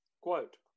Quote